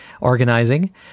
organizing